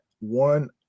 one